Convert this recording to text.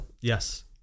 yes